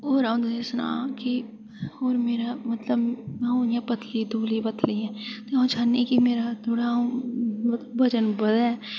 होर अं'ऊ तुसें ई सनांऽ की हू'न मेरा मतलब अं'ऊ इं'या पतली दुबली पतली ऐ अं'ऊ चाह्न्नीं कि मेरा थोह्ड़ा ओह् बजन बधै